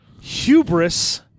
Hubris